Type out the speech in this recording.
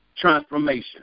transformation